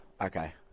Okay